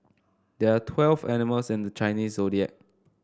there are twelve animals in the Chinese Zodiac